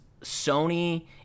Sony